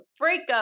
breakup